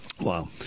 Wow